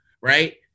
right